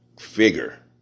figure